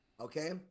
okay